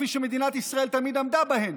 כפי שמדינת ישראל תמיד עמדה בהם,